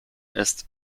ist